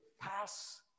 pass